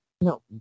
No